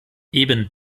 eben